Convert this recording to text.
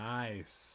nice